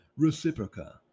Reciproca